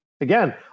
Again